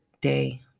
day